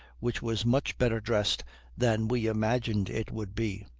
which was much better dressed than we imagined it would be,